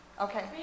Okay